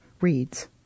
reads